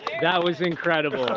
that was incredible!